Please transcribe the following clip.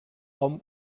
hom